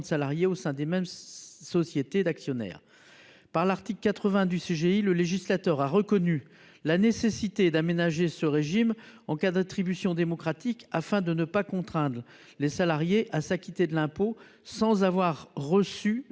de salariés au sein des mêmes sociétés d’actionnaires. Par l’article 80 du code général des impôts, le législateur a reconnu la nécessité d’aménager ce régime en cas d’attribution démocratique, afin de ne pas contraindre les salariés à s’acquitter de l’impôt sans avoir reçu